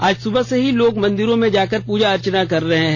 आज सुबह से ही लोग मंदिरों में जाकर पूजा अर्चना कर रहे हैं